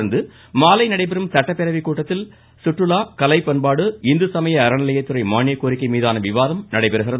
தொடர்ந்து மாலை நடைபெறும் சட்டப்பேரவை கூட்டத்தில் சுற்றுலா கலைப்பண்பாடு இந்துசமய அறநிலையத்துறை மானியக்கோரிக்கை மீதான விவாதம் நடைபெறுகிறது